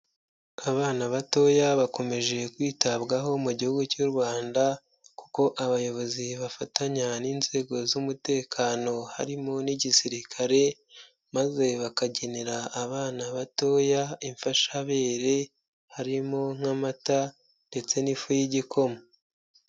Abana batoya bakomeje kwitabwaho mu gihugu cy'u Rwanda kuko abayobozi bafatanya n'inzego z'umutekano harimo n'igisirikare, maze bakagenera abana batoya imfashabere harimo nk'amata ndetse n'ifu y'igikoma.